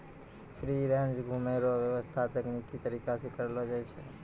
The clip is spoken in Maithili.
फ्री रेंज घुमै रो व्याबस्था तकनिकी तरीका से करलो जाय छै